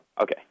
Okay